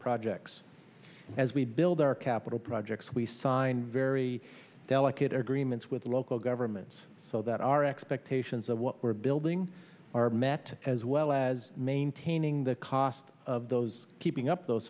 projects as we build our capital projects we sign very delicate agreements with local governments so that our expectations of what we're building are met as well as maintaining the cost of those keeping up those